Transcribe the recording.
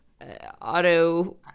Auto